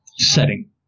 setting